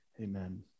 amen